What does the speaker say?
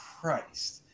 Christ